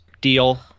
deal